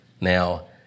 Now